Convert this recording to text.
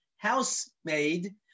Housemaid